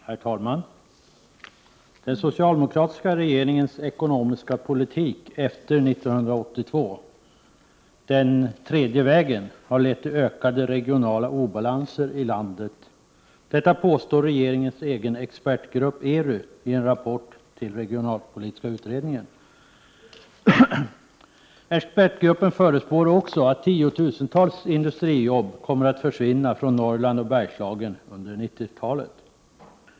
Herr talman! Den socialdemokratiska regeringens ekonomiska politik efter 1982, den tredje vägen, har lett till ökade regionala obalanser i landet. Detta påstår regeringens egen expertgrupp ERU i en rapport till den regionalpolitiska utredningen. Expertgruppen förutspår också att tiotusentals industrijobb kommer att försvinna från Norrland och Bergslagen under 1990-talet.